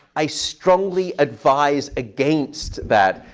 i strongly advise against that.